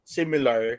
Similar